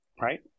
right